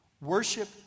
worship